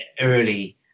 early